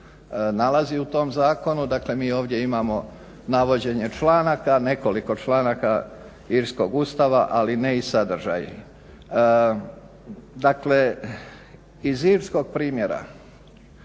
nalazi u tom zakonu. Dakle, mi ovdje imamo navođenje članaka, nekoliko članaka, irskog Ustava ali ne i sadržaj. Dakle, iz irskog primjera